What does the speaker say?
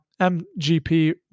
MGP